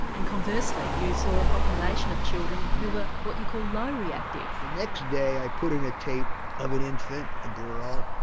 and conversely you saw a population of children who were what you called low reactors. the next day i put in a tape of an infant, a girl,